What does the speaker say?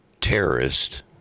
terrorist